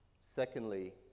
Secondly